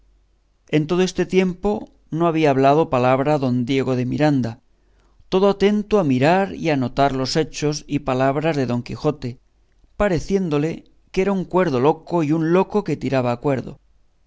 en todo este tiempo no había hablado palabra don diego de miranda todo atento a mirar y a notar los hechos y palabras de don quijote pareciéndole que era un cuerdo loco y un loco que tiraba a cuerdo